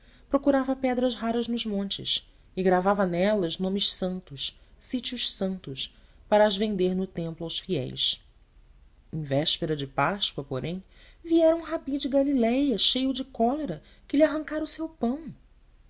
procurava pedras raras nos montes e gravava nelas nomes santos sítios santos para as vender no templo aos fiéis em véspera de páscoa porém viera um rabi de galiléia cheio de cólera que lhe arrancava o seu pão